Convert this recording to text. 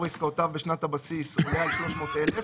עסקאותיו בשנת הבסיס עולה על 300 אלף